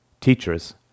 teachers